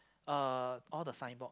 uh all the signboard